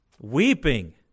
Weeping